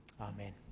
Amen